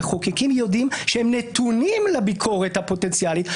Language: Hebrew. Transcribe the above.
שהמחוקקים יודעים שהם נתונים לביקורת הפוטנציאלית,